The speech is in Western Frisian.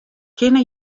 kinne